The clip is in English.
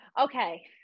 Okay